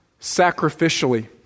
sacrificially